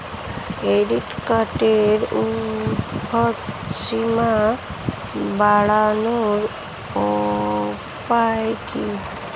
Credit কার্ডের উর্ধ্বসীমা বাড়ানোর উপায় কি?